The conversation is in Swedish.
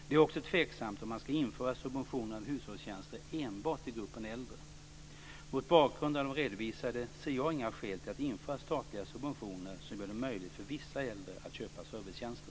Det är också tveksamt om man ska införa subventioner av hushållstjänster enbart till gruppen äldre. Mot bakgrund av det redovisade ser jag inga skäl till att införa statliga subventioner som gör det möjligt för vissa äldre att köpa servicetjänster.